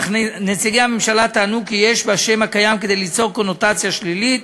אך נציגי הממשלה טענו כי יש בשם הקיים כדי ליצור קונוטציה שלילית,